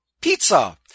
pizza